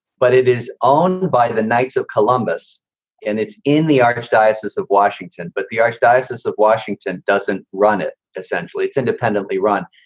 but it is owned by the knights of columbus and it's in the archdiocese of washington. but the archdiocese of washington doesn't run it. essentially, it's independently run.